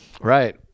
right